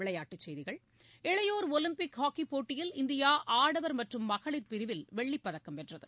விளையாட்டுச் செய்திகள் இளையோர் ஒலிம்பிக் ஹாக்கிப் போட்டியில் இந்தியா ஆடவர் மற்றும் மகளிர் பிரிவில் வெள்ளிப் பதக்கம் வென்றது